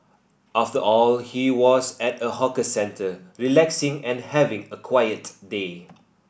after all he was at a hawker centre relaxing and having a quiet day